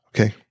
Okay